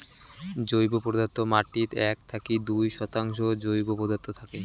জৈব পদার্থ মাটিত এক থাকি দুই শতাংশ জৈব পদার্থ থাকে